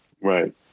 Right